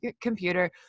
computer